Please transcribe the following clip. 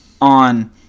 on